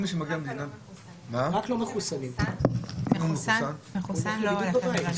שמחוסן לא הולך למלונית.